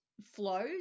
flows